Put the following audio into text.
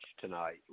tonight